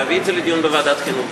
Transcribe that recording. להביא את זה לדיון בוועדת החינוך,